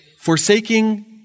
forsaking